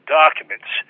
documents